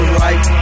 right